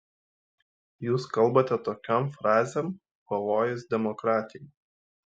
jūs kalbate tokiom frazėm pavojus demokratijai